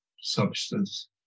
substance